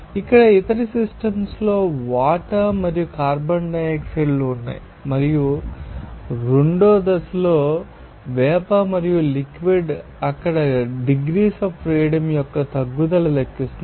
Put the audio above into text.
ఇక్కడ ఇతర సిస్టమ్స్ లో వాటర్ మరియు కార్బన్ డయాక్సైడ్ ఉన్నాయి మరియు రెండు దశలలో వేపర్ మరియు లిక్విడ్ అక్కడ డిగ్రీస్ అఫ్ ఫ్రీడమ్ యొక్క తగ్గుదల లెక్కిస్తుంది